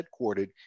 headquartered